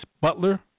Butler